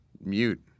mute